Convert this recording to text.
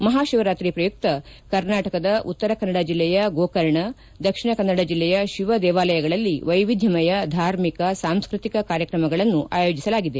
ಮಹಾ ಶಿವರಾತ್ರಿ ಪ್ರಯುಕ್ತ ಕರ್ನಾಟಕದ ಉತ್ತರ ಕನ್ನಡ ಜಿಲ್ಲೆಯ ಗೋಕರ್ಣ ದಕ್ಷಿಣ ಕನ್ನಡ ಜಿಲ್ಲೆಯ ಶಿವ ದೇವಾಲಯಗಳಲ್ಲಿ ವೈವಿಧ್ವಮಯ ಧಾರ್ಮಿಕ ಸಾಂಸ್ಕೃತಿಕ ಕಾರ್ಯಕ್ರಮಗಳನ್ನು ಆಯೋಜಿಸಲಾಗಿದೆ